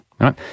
right